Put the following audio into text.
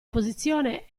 posizione